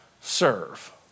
serve